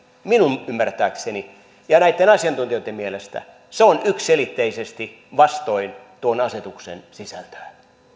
minun ymmärtääkseni ja näitten asiantuntijoitten mielestä se on yksiselitteisesti vastoin tuon asetuksen sisältöä arvoisa